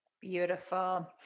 Beautiful